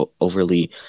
overly